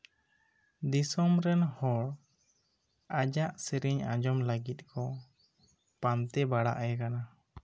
ᱫᱤᱥᱚᱢ ᱨᱮᱱ ᱦᱚᱲ ᱟᱡᱟᱜ ᱥᱮᱨᱮᱧ ᱟᱸᱡᱚᱢ ᱞᱟᱹᱜᱤᱫ ᱠᱚ ᱯᱟᱱᱛᱮ ᱵᱟᱲᱟ ᱮ ᱠᱟᱱᱟ